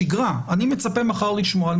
בערב חג וחג כמות התחנות לא תפחת משישי-שבת